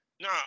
Nah